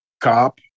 cop